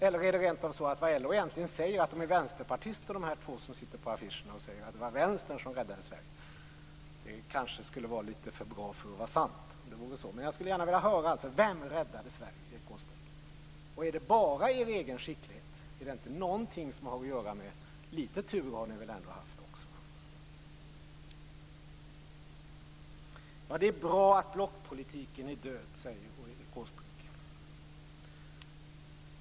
Eller menar LO rent av att de två på affischen är vänsterpartister som säger att det var Vänstern som räddade Sverige? Det vore kanske för bra för att vara sant, men jag skulle vilja höra: Vem räddade Sverige, Erik Åsbrink? Är det bara er egen skicklighet? Litet tur har ni väl ändå haft. Det är bra att blockpolitiken är död, säger Erik Åsbrink.